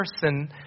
person